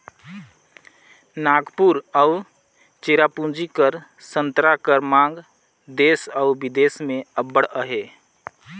नांगपुर अउ चेरापूंजी कर संतरा कर मांग देस अउ बिदेस में अब्बड़ अहे